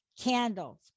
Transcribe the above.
candles